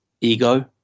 ego